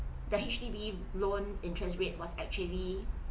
the H_D_B loan interest rate was actually